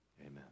Amen